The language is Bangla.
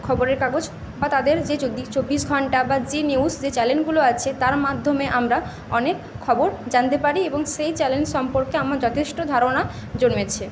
খবরের কাগজ বা তাদের যে জি চব্বিশ ঘণ্টা বা জি নিউজ যে চ্যালেনগুলো আছে তার মাধ্যমে আমরা অনেক খবর জানতে পারি এবং সেই চ্যালেঞ্জ সম্পর্কে আমার যথেষ্ট ধারণা জন্মেছে